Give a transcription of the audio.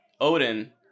Odin